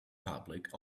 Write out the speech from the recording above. public